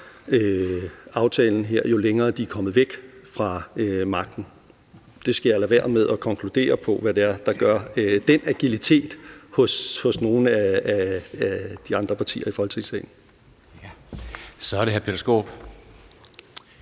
aftalen her, jo længere de er kommet væk fra magten. Jeg skal lade være med at konkludere på, hvad det er, der skaber den agilitet hos nogle af de andre partier i Folketingssalen. Kl. 13:13 Formanden